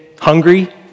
hungry